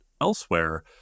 elsewhere